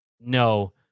No